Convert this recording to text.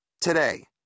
Today